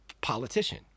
politician